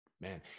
man